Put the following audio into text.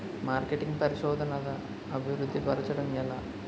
marketing పరిశోధనదా అభివృద్ధి పరచడం ఎలా